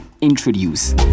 introduce